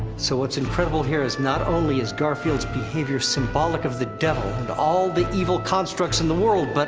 so what's incredible here is not only is garfield's behavior symbolic of the devil, and all the evil constructs in the world, but